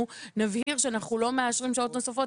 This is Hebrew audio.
נבהיר שאנחנו לא מאשרים שעות נוספות,